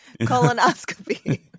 Colonoscopy